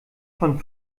von